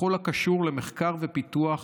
בכל הקשור למחקר ופיתוח